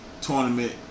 Tournament